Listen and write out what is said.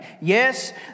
Yes